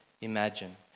imagine